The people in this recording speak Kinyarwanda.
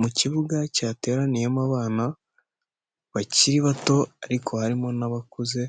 Mu kibuga cyateraniyemo abana bakiri bato ariko harimo n'abakuze,